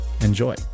Enjoy